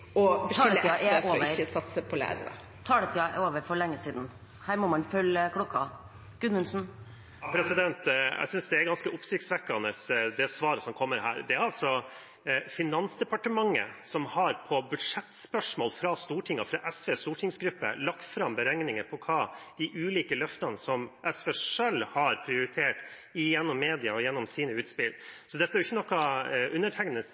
er over for lenge siden! Her må man følge klokken. Jeg synes det svaret som kommer her, er ganske oppsiktsvekkende. Det er altså Finansdepartementet som på budsjettspørsmål fra Stortinget og fra SVs stortingsgruppe har lagt fram beregninger på de ulike løftene som SV selv har prioritert – gjennom media og gjennom sine